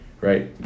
right